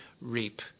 reap